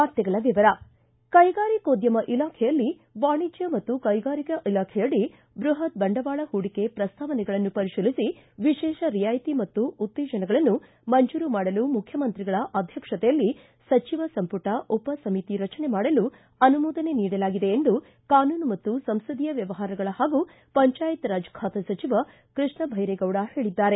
ವಾರ್ತೆಗಳ ವಿವರ ಕೈಗಾರಿಕೋದ್ಯಮ ಇಲಾಖೆಯಲ್ಲಿ ವಾಣಿಜ್ಯ ಮತ್ತು ಕೈಗಾರಿಕೆ ಇಲಾಖೆಯಡಿ ಬೃಪತ್ ಬಂಡವಾಳ ಹೂಡಿಕೆ ಪ್ರಸ್ತಾವನೆಗಳನ್ನು ಪರಿಶೀಲಿಸಿ ವಿಶೇಷ ರಿಯಾಯಿತಿ ಮತ್ತು ಉತ್ತೇಜನಗಳನ್ನು ಮಂಜೂರು ಮಾಡಲು ಮುಖ್ಯಮಂತ್ರಿಗಳ ಅಧ್ಯಕ್ಷತೆಯಲ್ಲಿ ಸಚಿವ ಸಂಪುಟ ಉಪ ಸಮಿತಿ ರಚನೆ ಮಾಡಲು ಅನುಮೋದನೆ ನೀಡಲಾಗಿದೆ ಎಂದು ಕಾನೂನು ಮತ್ತು ಸಂಸದೀಯ ವ್ಯವಹಾರಗಳ ಹಾಗೂ ಪಂಜಾಯತ್ ರಾಜ್ ಖಾತೆ ಸಚಿವ ಕೃಷ್ಣಬೈರೇಗೌಡ ಹೇಳಿದ್ದಾರೆ